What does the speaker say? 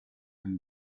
and